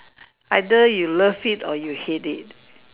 either you love it or you hate it